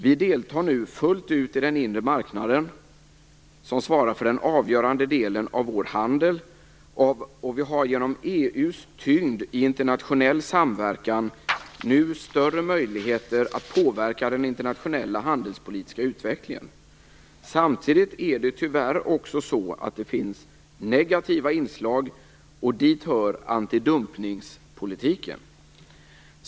Vi deltar nu fullt ut i den inre marknaden, som svarar för den avgörande delen av vår handel, och vi har genom EU:s tyngd i internationell samverkan nu större möjligheter att påverka den internationella handelspolitiska utvecklingen. Samtidigt finns det tyvärr också negativa inslag, och dit hör antidumpningspolitiken.